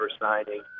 signing